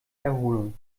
erholung